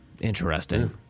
Interesting